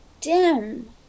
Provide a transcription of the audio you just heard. dim